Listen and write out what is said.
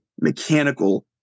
mechanical